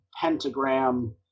pentagram